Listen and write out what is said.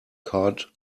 cod